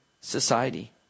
society